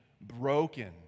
broken